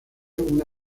una